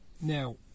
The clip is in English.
now